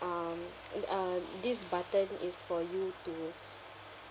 um mm um this button is for you to